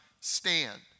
stand